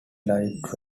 lights